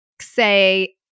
say